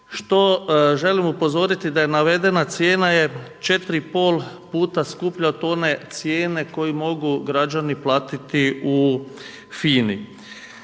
Što želim upozoriti da je navedena cijena je četiri i pol puta skuplja od one cijene koju mogu građani platiti u FINI.